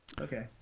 Okay